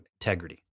integrity